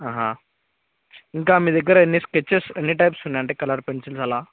ఇంకా మీ దగ్గర ఎన్ని స్కెచ్చెస్ ఎన్ని టైప్స్ ఉన్నాయి అంటే కలర్ పెన్సిల్స్ అలా